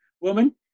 woman